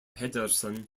pedersen